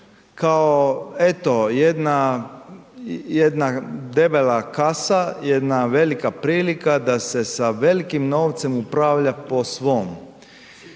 jedna debela kasa, jedna velika prilika da se sa velikim novcem upravlja po svom,